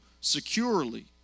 securely